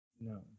No